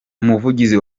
umuvugizi